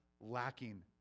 lacking